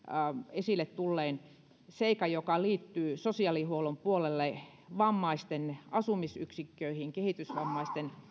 esille tulleen seikan joka liittyy sosiaalihuollon puolelle vammaisten asumisyksikköihin kehitysvammaisten